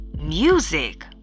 music